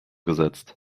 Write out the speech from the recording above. gesetzt